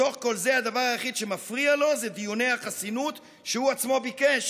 בתוך כל זה הדבר היחיד שמפריע לו זה דיוני החסינות שהוא עצמו ביקש.